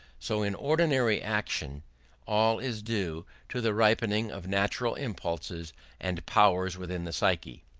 so in ordinary action all is due to the ripening of natural impulses and powers within the psyche.